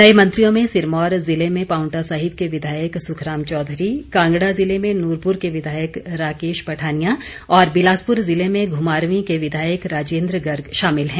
नए मंत्रियों में सिरमौर ज़िले में पांवटा साहिब के विधायक सुखराम चौधरी कांगड़ा जिले में नुरपूर के विधायक राकेश पठानिया और बिलासपुर ज़िले में घुमारवी के विधायक राजेंद्र गर्ग शामिल है